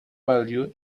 value